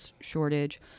shortage